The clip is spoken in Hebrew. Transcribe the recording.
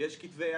יש כתבי יד,